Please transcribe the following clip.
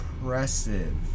impressive